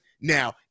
now